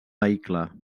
vehicle